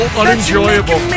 unenjoyable